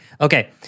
Okay